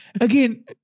again